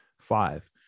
Five